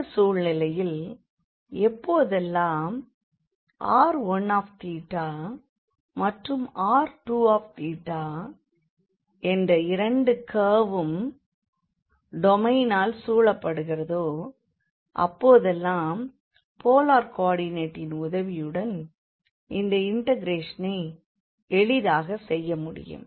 இந்தச் சூழ்நிலையில் எப்போதெல்லாம் r1θ மற்றும் r2θ என்ற இரு கர்வும் டொமைனால் சூழப்படுகிறதோ அப்போதெல்லாம் போலார் கோவார்டிநெட்டின் உதவியுடன் இந்தஇண்டெக்ரேஷனை எளிதாகச் செய்ய முடியும்